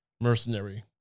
mercenary